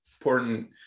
important